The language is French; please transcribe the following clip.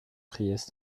priest